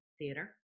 Theater